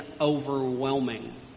overwhelming